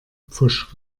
pfusch